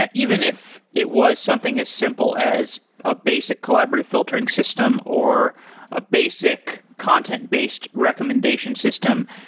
ah even if it was something as simple as a basic collaborative filtering system or a basic content-based recommendation system,